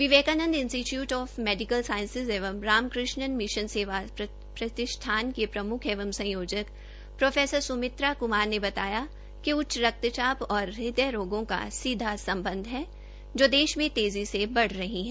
Vivekananda institute of medical साईस एवं Ramakrishna Seva Pratishthan के प्रमुख एवं संयोजन प्रो सुमित्रा कुमार ने बताया कि उच्च रक्त चाप और हदवय रोगों का सीधा सम्बध है जो देश में तेज़ी से बढ़ रही है